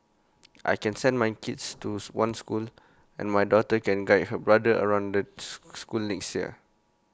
I can send my kids to one school and my daughter can guide her brother around the school next year